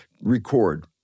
record